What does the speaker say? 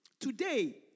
Today